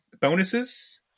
bonuses